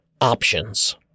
options